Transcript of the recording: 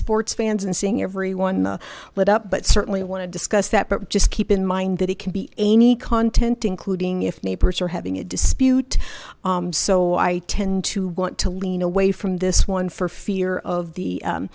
sports fans and seeing everyone lit up but certainly want to discuss that but just keep in mind that it can be any content including if neighbors are having a dispute so i tend to want to lean away from this one for fear of the